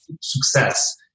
success